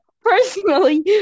personally